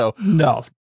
No